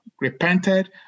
repented